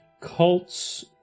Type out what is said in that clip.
cults